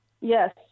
Yes